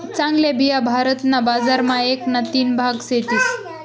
चांगल्या बिया भारत ना बजार मा एक ना तीन भाग सेतीस